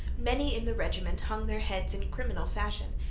many in the regiment hung their heads in criminal fashion,